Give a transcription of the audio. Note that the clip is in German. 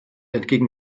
entgegen